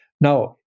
Now